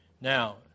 Now